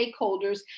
stakeholders